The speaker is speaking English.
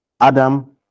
Adam